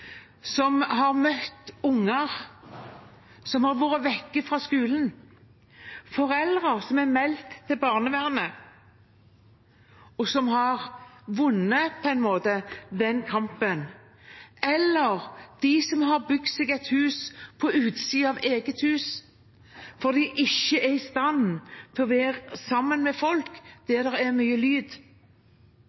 har møtt unger som har vært borte fra skolen, foreldre som er meldt til barnevernet, og som – på en måte – har vunnet den kampen, og de som har bygd seg et hus på utsiden av eget hus, fordi de ikke er i stand til å være sammen med folk der det er mye lyd,